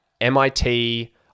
MIT